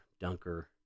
dunker